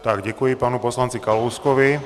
Tak děkuji panu poslanci Kalouskovi.